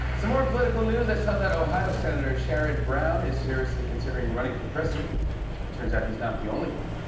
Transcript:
some more political news. i saw that ohio senator sherrod brown is seriously considering running for president. and it turns out he's not the only one.